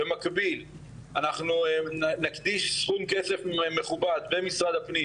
במקביל אנחנו נקדיש סכום כסף מכובד במשרד הפנים